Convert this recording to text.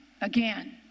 again